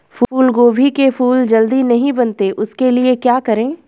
फूलगोभी के फूल जल्दी नहीं बनते उसके लिए क्या करें?